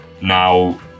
now